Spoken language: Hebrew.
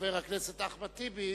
וחבר הכנסת אחמד טיבי.